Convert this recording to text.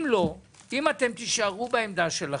אם אתם תישארו בעמדה שלכם,